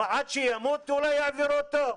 עד שימות אולי יעבירו אותו?